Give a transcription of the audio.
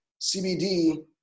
CBD